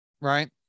Right